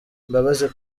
imbabazi